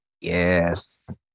Yes